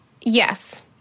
Yes